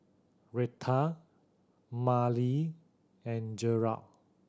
Retha Marlee and Gerold